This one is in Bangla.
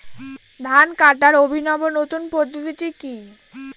ধান কাটার অভিনব নতুন পদ্ধতিটি কি?